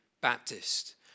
Baptist